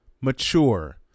mature